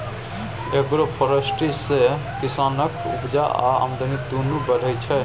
agroforestry सँ किसानक उपजा आ आमदनी दुनु बढ़य छै